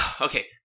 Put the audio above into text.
okay